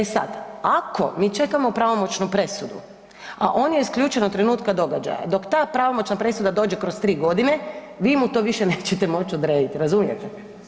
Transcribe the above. E sad, ako mi čekamo pravomoćnu presudu, a on je isključen od trenutka događaja, dok ta pravomoćna presuda dođe kroz 3 godine, vi mu to više nećete moći odrediti, razumijete?